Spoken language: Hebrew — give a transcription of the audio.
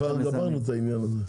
אנחנו כבר גמרנו את העניין הזה.